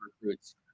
recruits